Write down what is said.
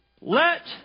Let